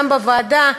גם בוועדה,